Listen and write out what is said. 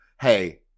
Hey